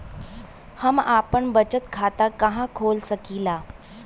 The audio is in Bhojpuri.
हम आपन बचत खाता कहा खोल सकीला?